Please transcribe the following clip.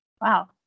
Wow